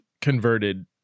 converted